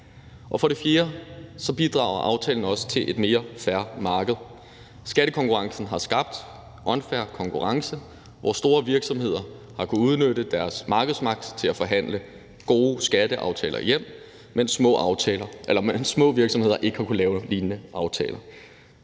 For det fjerde bidrager aftalen også til et mere fair marked. Skattekonkurrencen har skabt unfair konkurrence, hvor store virksomheder har kunnet udnytte deres markedsmagt til at forhandle gode skatteaftaler hjem, mens små virksomheder ikke har kunnet lave lignende aftaler.